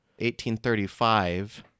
1835